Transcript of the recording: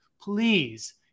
please